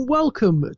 welcome